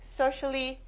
socially